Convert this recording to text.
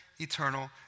eternal